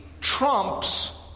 trumps